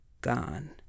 Gone